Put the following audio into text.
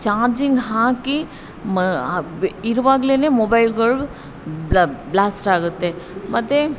charging ಹಾಕಿ ಮ ಇರುವಾಗಲೇನೇ ಮೊಬೈಲ್ಗಳು ಬ್ಲ್ಯಾಸ್ಟ್ ಆಗುತ್ತೆ ಮತ್ತೆ